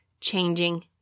changing